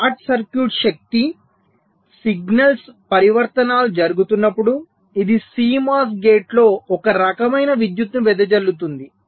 short circuit శక్తి signals పరివర్తనాలు జరుగుతున్నప్పుడు ఇది CMOS గేట్లో ఒక రకమైన విద్యుత్తును వెదజల్లుతుంది